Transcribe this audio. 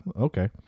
Okay